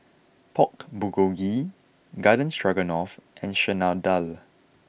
Pork Bulgogi Garden Stroganoff and Chana Dal